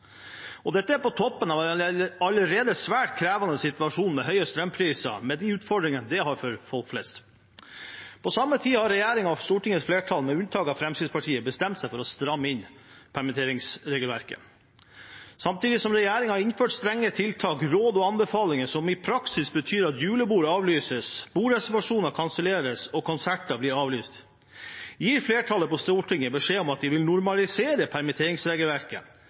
Dette kommer på toppen av en allerede svært krevende situasjon med høye strømpriser og de utfordringene det gir for folk flest. På samme tid har regjeringen og Stortingets flertall, med unntak av Fremskrittspartiet, bestemt seg for å stramme inn permitteringsregelverket. Samtidig som regjeringen har innført strenge tiltak, råd og anbefalinger som i praksis betyr at julebord avlyses, bordreservasjoner kanselleres, og konserter blir avlyst, gir flertallet på Stortinget beskjed om at de vil normalisere permitteringsregelverket.